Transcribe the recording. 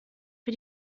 für